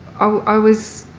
i was i was